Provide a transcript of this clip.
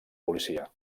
policia